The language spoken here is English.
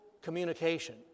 communication